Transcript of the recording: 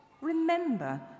Remember